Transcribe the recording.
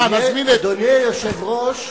בהדלפה.